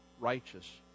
righteous